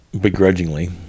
Begrudgingly